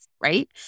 right